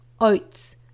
oats